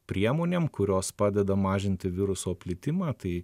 priemonėm kurios padeda mažinti viruso plitimą tai